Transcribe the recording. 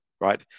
right